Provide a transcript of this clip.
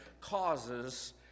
causes